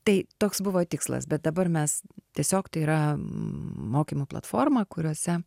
tai toks buvo tikslas bet dabar mes tiesiog tai yra m mokymų platforma kuriose